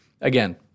Again